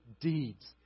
deeds